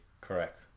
correct